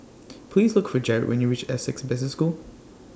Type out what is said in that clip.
Please Look For Jared when YOU REACH Essec Business School